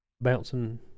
bouncing